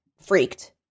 freaked